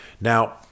Now